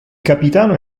capitano